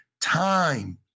time